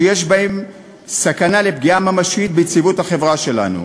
ממדים שיש בהם סכנה של פגיעה ממשית ביציבות החברה שלנו,